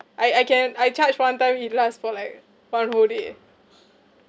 I I can I charge one time it lasts for like one whole day eh